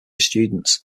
students